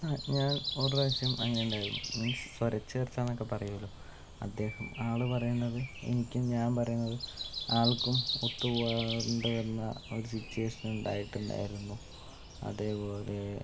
ആ ഞാൻ ഒരു പ്രാവിശ്യം അങ്ങനെയുണ്ടായിരുന്നു മീൻസ് സ്വര ചേർച്ചയെന്നൊക്കെ പറയുമല്ലോ അദ്ദേഹം ആൾ പറയുന്നത് എനിക്കും ഞാൻ പറയുന്നത് ആൾക്കും ഒത്തു പോകേണ്ടി വന്ന ഒരു സിറ്റുവേഷൻ ഉണ്ടായിട്ടുണ്ടായിരുന്നു അതേപോലെ